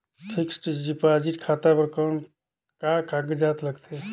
Fixed deposit खाता बर कौन का कागजात लगथे?